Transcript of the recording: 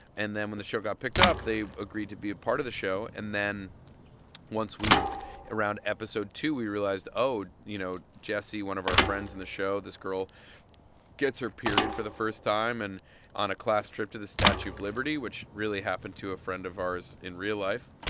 and then when the show got picked up, they agreed to be a part of the show. and then once we around episode two, we realized, oh, you know, jessi, one of our friends in the show, this girl gets her period for the first time and on a class trip to the statue of liberty, which really happened to a friend of ours in real life.